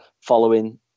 following